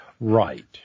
Right